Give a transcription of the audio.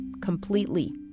completely